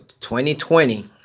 2020